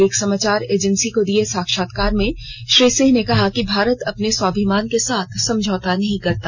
एक समाचार एजेंसी को दिए साक्षात्कार में श्री सिंह ने कहा कि भारत अपने स्वाभिमान के साथ समझौता नहीं करता